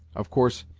of course,